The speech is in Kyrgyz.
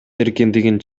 эркиндигин